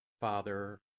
Father